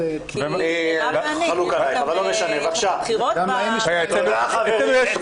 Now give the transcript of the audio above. יש לך בחירות במפלגה?